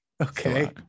Okay